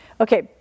Okay